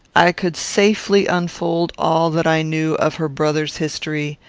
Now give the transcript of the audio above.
i could safely unfold all that i knew of her brother's history,